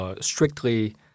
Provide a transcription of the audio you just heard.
strictly